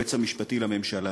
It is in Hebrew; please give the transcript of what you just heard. היועץ המשפטי לממשלה.